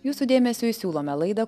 jūsų dėmesiui siūlome laidą